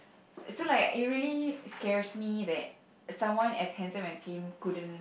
so like it really scared me that someone as handsome as him couldn't